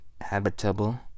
habitable